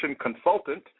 consultant